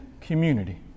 community